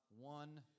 one